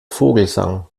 vogelsang